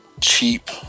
cheap